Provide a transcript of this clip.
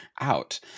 Out